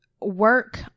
work